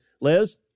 Liz